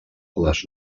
les